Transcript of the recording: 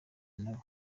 nabo